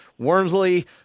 Wormsley